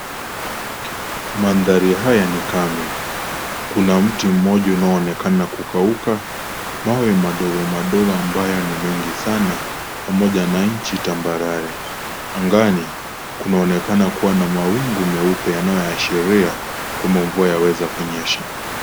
Mandhari haya ni kame. Kuna mti mmoja unaoonekana kukauka, mawe madogo madogo, ambayo ni mengi sana pamoja na nchi tambarare. Angani, kunaonekana kuwa na mawingu meupe, yanayoashiria kwamba mvua yameweza kuonyesha.